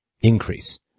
increase